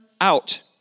out